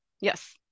Yes